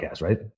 right